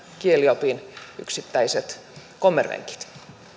kieliopin yksittäiset kommervenkit